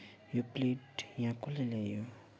यो प्लेट यहाँ कसले ल्यायो